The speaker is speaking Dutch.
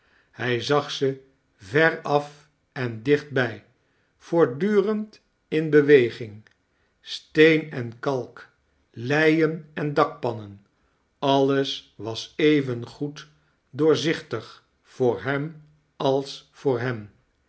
hij zag ze veraf en dichtbij voortdurend in beweging steen en kalk leien en dakpannen alles was even goed dowzichtig voor hem als voor hen